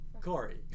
Corey